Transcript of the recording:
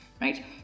right